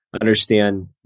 understand